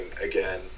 again